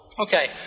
Okay